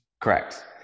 Correct